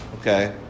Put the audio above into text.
okay